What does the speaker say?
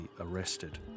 arrested